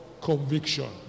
Conviction